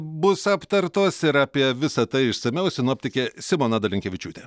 bus aptartos ir apie visa tai išsamiau sinoptikė simona dalinkevičiūtė